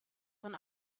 von